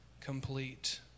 complete